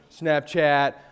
Snapchat